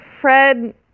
Fred